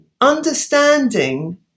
understanding